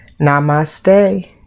Namaste